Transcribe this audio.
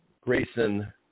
Grayson